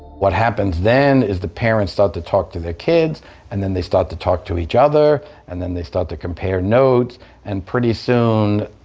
what happens then is the parents start to talk to their kids and then they start to talk to each other, and then they start to compare notes and pretty soon,